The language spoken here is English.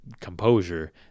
composure